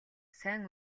сайн